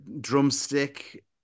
drumstick